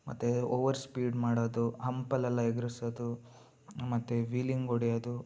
ಮತ್ತು over speed ಮಾಡೋದು ಹಂಪಲ್ಲೆಲ್ಲ ಎಗರಿಸೋದು ಮತ್ತು ವೀಲಿಂಗ್ ಹೊಡ್ಯೋದು